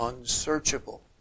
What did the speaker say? unsearchable